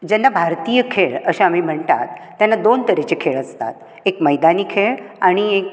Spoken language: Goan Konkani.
जेन्ना भारतीय खेळ अशें आमी म्हणटात तेन्ना दोन तरेचे खेळ आसतात एक मैदानी खेळ आनी एक